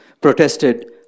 protested